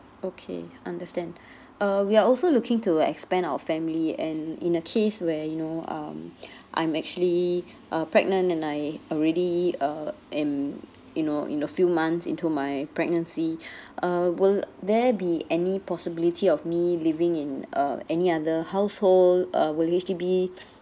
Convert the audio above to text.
okay understand uh we are also looking to expand our family and in a case where you know um I'm actually uh pregnant and I already uh am you know in a few months into my pregnancy uh will there be any possibility of me living in uh any other household uh will H_D_B